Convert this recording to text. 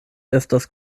estas